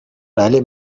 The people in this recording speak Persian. بله